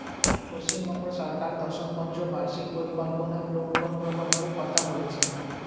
পশ্চিমবঙ্গ সরকার দশম পঞ্চ বার্ষিক পরিকল্পনা কোন প্রকল্প কথা বলেছেন?